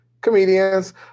comedians